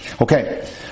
Okay